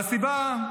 והסיבה,